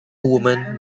woman